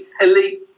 elite